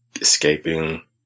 escaping